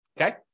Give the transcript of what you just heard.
Okay